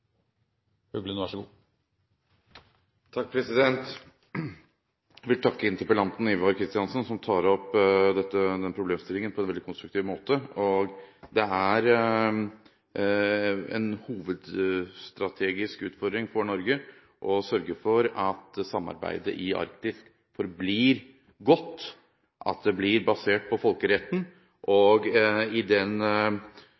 vil takke interpellanten Ivar Kristiansen som tar opp denne problemstillingen på en veldig konstruktiv måte. Det er en hovedstrategisk utfordring for Norge å sørge for at samarbeidet i Arktis forblir godt, at det blir basert på folkeretten